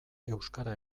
euskara